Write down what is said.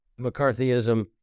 McCarthyism